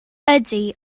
ydy